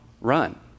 run